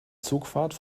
zugfahrt